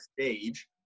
stage